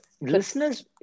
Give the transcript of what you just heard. Listeners